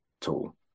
tool